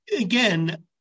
again